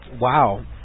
Wow